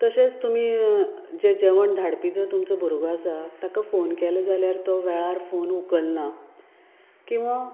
तशेंच तुमी जें जेवण धाडपी जो तुमचो भुरगो आसा ताका फोन केलो जाल्यार तो वेळार फोन उखलना किंवां